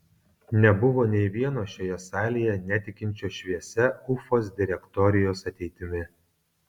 nebuvo nė vieno šioje salėje netikinčio šviesia ufos direktorijos ateitimi